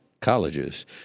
colleges